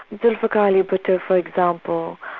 zulfikar ali bhutto for example,